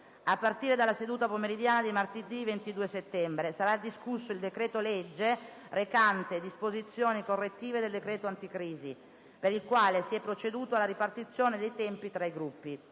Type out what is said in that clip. A partire dalla seduta pomeridiana di martedì 22 settembre sarà discusso il decreto-legge recante disposizioni correttive del decreto anticrisi, per il quale si è proceduto alla ripartizione dei tempi tra i Gruppi.